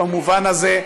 במובן הזה,